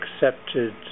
accepted